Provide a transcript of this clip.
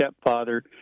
stepfather